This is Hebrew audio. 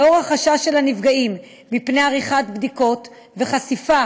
נוכח החשש של הנפגעים מפני עריכת בדיקות וחשיפה